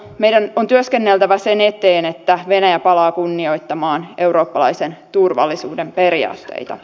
meidän on työskenneltävä sen eteen että venäjä palaa kunnioittamaan eurooppalaisen turvallisuuden periaatteita